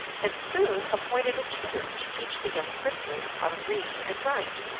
and soon appointed a tutor to teach the young princes how to read and write.